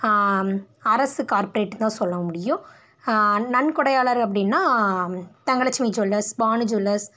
அரசு கார்ப்பரேட்தானு சொல்லமுடியும் நன்கொடையாளர் அப்படின்னா தங்கலெட்சுமி ஜூவல்லர்ஸ் பானு ஜூவல்லர்ஸ்